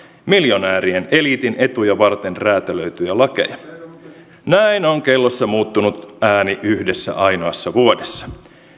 miljonäärien eliitin etuja varten räätälöityjä lakeja näin on kellossa muuttunut ääni yhdessä ainoassa vuodessa